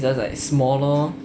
it's just like smaller